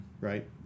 right